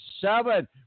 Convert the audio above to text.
seven